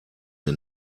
mir